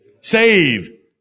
save